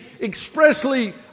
expressly